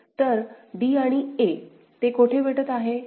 तर d आणि a ते कोठे भेटत आहेत